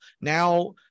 now